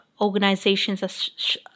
organizations